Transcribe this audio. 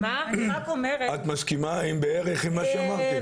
את מסכימה בערך עם מה שאמרתי?